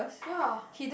ya